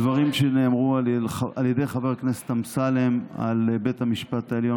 הדברים שנאמרו על ידי חבר הכנסת אמסלם על בית המשפט העליון